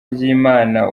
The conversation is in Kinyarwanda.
ry’imana